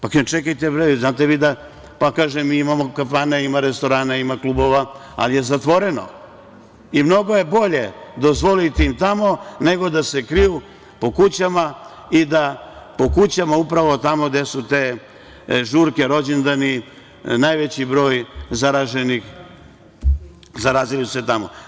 Pa, kažem, čekajte, pa kaže mi imamo kafane, imamo restorane, klubove, ali je zatvoreno i mnogo je bolje dozvoliti im tamo nego da se kriju po kućama i da po kućama upravo tamo gde su te žurke, rođendani, najveći broj zaraženih zarazili su se tamo.